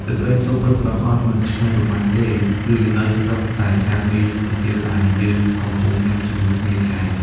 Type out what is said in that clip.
សេចក្តីសុខពិតប្រាកដមិនឆ្ងាយប៉ុន្មានទេ គឺនៅត្រឹមតែចានមី និងគុយទាវដែលយើងកំពុងញ៉ាំជាមួយគ្នានេះឯង។